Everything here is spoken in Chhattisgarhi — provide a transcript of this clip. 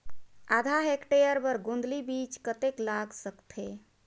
आधा हेक्टेयर बर गोंदली बीच कतेक लाग सकथे?